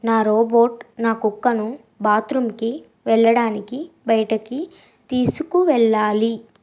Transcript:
నా రోబోట్ నా కుక్కను బాత్రూమ్కి వెళ్ళడానికి బయటికి తీసుకు వెళ్ళాలి